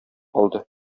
калды